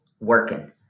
working